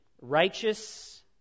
righteous